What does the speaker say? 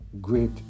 great